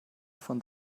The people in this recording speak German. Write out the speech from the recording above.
von